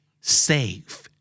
Safe